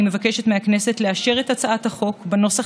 אני מבקשת מהכנסת לאשר את הצעת החוק בנוסח